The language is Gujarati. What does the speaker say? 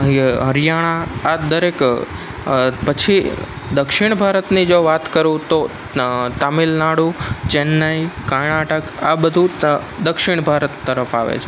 હ ય હરિયાણા આ દરેક પછી દક્ષિણ ભારતની જો વાત કરું તો તમિલનાડુ ચેન્નઈ કર્ણાટક આ બધું ત દક્ષિણ ભારત તરફ આવે છે